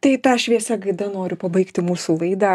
tai ta šviesia gaida noriu pabaigti mūsų laidą